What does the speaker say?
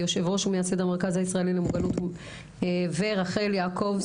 יושב ראש ומייסד המרכז הישראלי למוגנות ורחל יעקב,